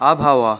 আবহাওয়া